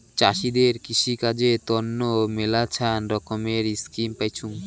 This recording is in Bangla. চাষীদের কৃষিকাজের তন্ন মেলাছান রকমের স্কিম পাইচুঙ